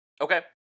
Okay